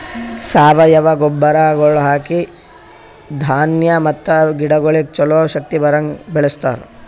ಸಾವಯವ ಗೊಬ್ಬರಗೊಳ್ ಹಾಕಿ ಧಾನ್ಯ ಮತ್ತ ಗಿಡಗೊಳಿಗ್ ಛಲೋ ಶಕ್ತಿ ಬರಂಗ್ ಬೆಳಿಸ್ತಾರ್